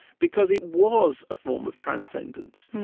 because it was a form of transcendence.